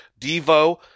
Devo